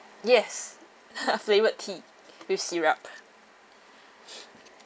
yes flavoured tea with syrup